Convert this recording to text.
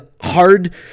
hard